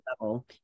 level